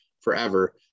forever